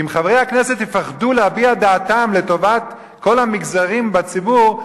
אם חברי הכנסת יפחדו להביע דעתם לטובת כל המגזרים בציבור,